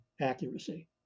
accuracy